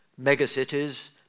megacities